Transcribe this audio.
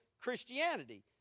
Christianity